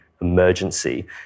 Emergency